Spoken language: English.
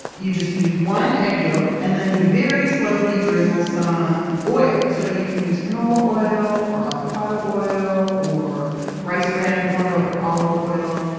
you just use one egg yolk and then you very slowly drizzle some oil. so you can use canola oil or avocado oil or rice bran oil or olive oil,